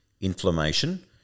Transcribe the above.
inflammation